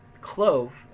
clove